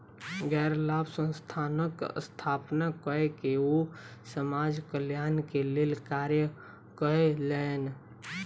गैर लाभ संस्थानक स्थापना कय के ओ समाज कल्याण के लेल कार्य कयलैन